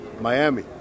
Miami